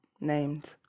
named